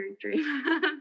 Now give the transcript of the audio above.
dream